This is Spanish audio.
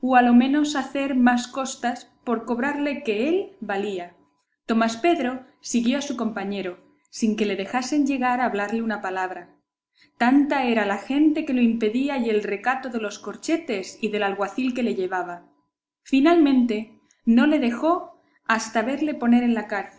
a lo menos hacer más costas por cobrarle que él valía tomás pedro siguió a su compañero sin que le dejasen llegar a hablarle una palabra tanta era la gente que lo impedía y el recato de los corchetes y del alguacil que le llevaba finalmente no le dejó hasta verle poner en la